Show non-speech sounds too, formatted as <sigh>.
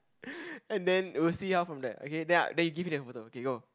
<breath> and then we'll see how from there okay then I then you give me the photo okay go